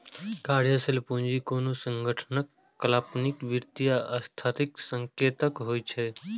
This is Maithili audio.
कार्यशील पूंजी कोनो संगठनक अल्पकालिक वित्तीय स्थितिक संकेतक होइ छै